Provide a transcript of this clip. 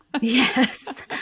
Yes